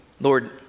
Lord